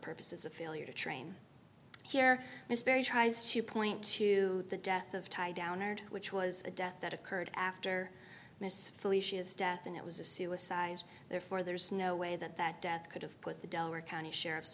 purposes of failure to train here this very tries to point to the death of tie down or which was a death that occurred after mrs felicia's death and it was a suicide therefore there is no way that that death could have put the delaware county sheriff's